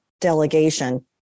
delegation